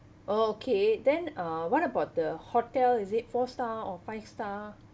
oh okay then uh what about the hotel is it four star or five star